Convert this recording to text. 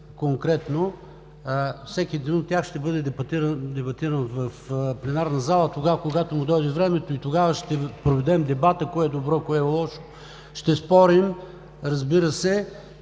Конкретно всеки един от тях ще дебатиран в пленарната зала тогава, когато му дойде времето и тогава ще проведем дебата – кое е добро, кое е лошо. Ще спорим, разбира се,